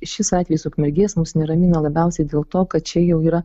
šis atvejis ukmergės mus neramina labiausiai dėl to kad čia jau yra